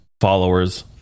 followers